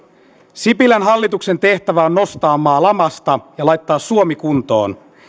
sipilän hallituksen tehtävä on nostaa maa lamasta ja laittaa suomi kuntoon